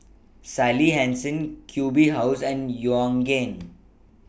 Sally Hansen Q B House and Yoogane